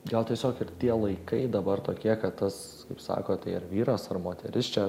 gal tiesiog ir tie laikai dabar tokie kad tas kaip sakot tai ar vyras ar moteris čia